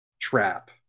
trap